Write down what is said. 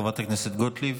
חברת הכנסת גוטליב,